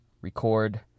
Record